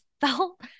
felt